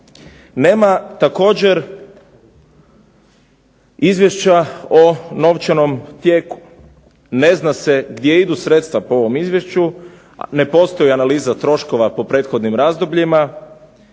Nema također izvješća o novčanom tijeku, ne zna se gdje idu sredstva po ovom Izvješću, ne postoji analiza troškova po prethodnim razdobljima